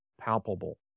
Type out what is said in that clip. palpable